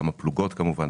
גם הפלוגות כמובן,